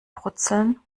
brutzeln